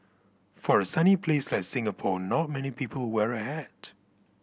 for a sunny place like Singapore not many people wear a hat